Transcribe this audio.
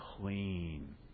clean